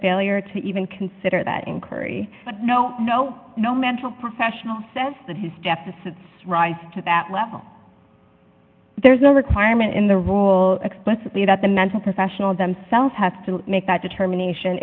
failure to even consider that encourage but no no no mental professional says that his deficits rise to that level there's no requirement in the role explicitly that the mental professional themselves have to make that determination